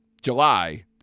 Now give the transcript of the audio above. July